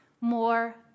more